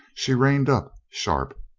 she reined up sharp.